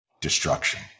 destruction